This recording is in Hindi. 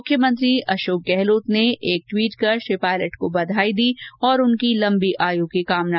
मुख्यमंत्री अशोक गहलोत ने एक ट्वीट कर श्री पायलट को बधाई दी और उनकी लम्बी उम्र की कामना की